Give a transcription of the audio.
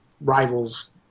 rivals